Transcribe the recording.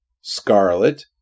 scarlet